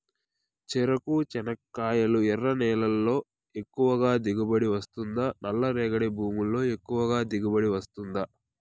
చెరకు, చెనక్కాయలు ఎర్ర నేలల్లో ఎక్కువగా దిగుబడి వస్తుందా నల్ల రేగడి భూముల్లో ఎక్కువగా దిగుబడి వస్తుందా